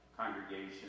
congregation